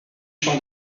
champ